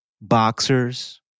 boxers